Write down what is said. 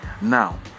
now